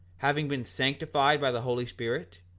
having been sanctified by the holy spirit,